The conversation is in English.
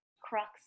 crux